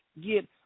get